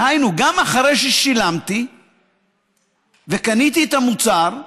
דהיינו, אחרי ששילמתי וקניתי את המוצר,